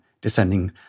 descending